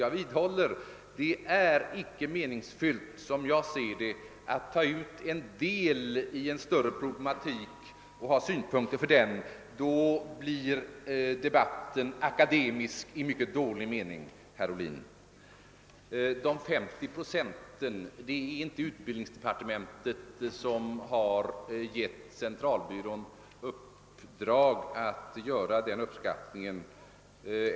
Jag vidhåller att det icke är meningsfyllt att ta ut en del av ett större komplex och anföra synpunkter på den delen då blir debatten akademisk i mycket dålig mening. Utbildningsdepartementet har inte givit statistiska centralbyrån i uppdrag att göra uppskattningen om 50 procent.